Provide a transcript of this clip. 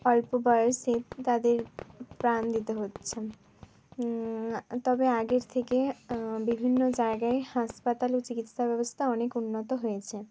অল্প বয়সে তাদের প্রাণ দিতে হচ্ছে তবে আগের থেকে বিভিন্ন জায়গায় হাসপাতালে চিকিৎসা ব্যবস্থা অনেক উন্নত হয়েছে